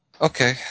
Okay